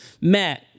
Matt